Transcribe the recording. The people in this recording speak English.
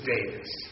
Davis